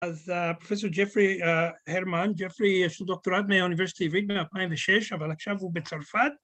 ‫אז פרופ' ג'פרי הרמן. ‫ג'פרי יש לו דוקטורט ‫מהאוניברסיטה העברית ב-2006, ‫אבל עכשיו הוא בצרפת.